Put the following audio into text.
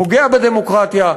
פוגע בדמוקרטיה,